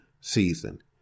season